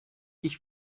ich